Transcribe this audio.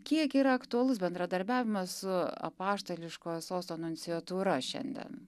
kiek yra aktualus bendradarbiavimas su apaštališkojo sosto nunciatūra šiandien